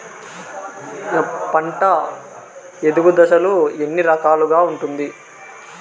పంట ఎదుగు దశలు ఎన్ని రకాలుగా ఉంటుంది?